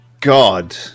God